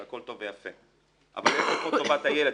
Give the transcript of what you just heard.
זה הכול טוב ויפה, אבל איפה פה טובת הילד?